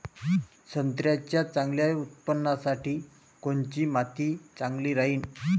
संत्र्याच्या चांगल्या उत्पन्नासाठी कोनची माती चांगली राहिनं?